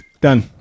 Done